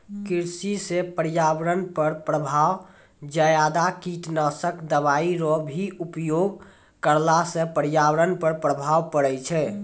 कृषि से पर्यावरण पर प्रभाव ज्यादा कीटनाशक दवाई रो भी उपयोग करला से पर्यावरण पर प्रभाव पड़ै छै